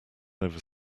over